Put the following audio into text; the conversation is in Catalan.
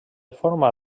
forma